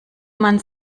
man